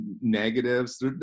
negatives